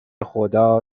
خدا